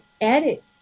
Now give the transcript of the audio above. edit